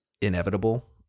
inevitable